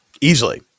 easily